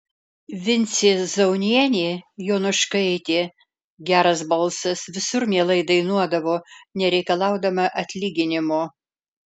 vincė zaunienė jonuškaitė geras balsas visur mielai dainuodavo nereikalaudama atlyginimo